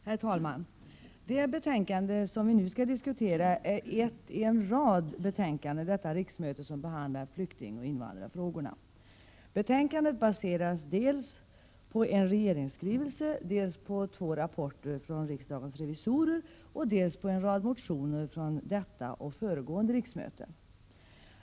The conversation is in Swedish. Herr talman! Det betänkande vi nu skall diskutera är ett i en rad betänkanden detta riksmöte, som behandlar flyktingoch invandrarfrågorna. Betänkandet baseras dels på en regeringsskrivelse, dels på två rapporter från riksdagens revisorer, och dels på en rad motioner från detta och föregående riksmöte.